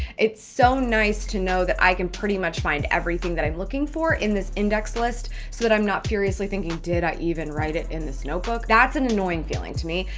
it's so nice to know that i can pretty much find everything that i'm looking for in this index list so that i'm not furiously thinking, did i even write it in this notebook? that's an annoying feeling to me.